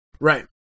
right